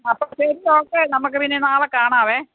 അപ്പം ശരി ഓക്കേ നമുക്ക് പിന്നെ നാളെ കാണാവേ